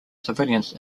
civilians